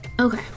okay